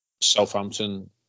Southampton